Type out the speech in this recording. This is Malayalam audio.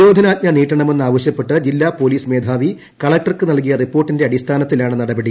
നിരോധനാജ്ഞ നീട്ടണമെന്ന് ആവശ്യപ്പെട്ട് ജില്ലാ പൊലീസ് മേധാവി കളക്ടർക്ക് നൽകിയ റിപ്പോർട്ടിന്റെ അടിസ്ഥാനത്തിലാണ് നടപടി